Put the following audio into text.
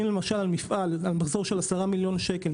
למשל על מפעל מזון עם מחזור של 10 מיליון שקל,